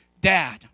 dad